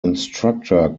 instructor